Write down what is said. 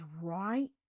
right